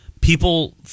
people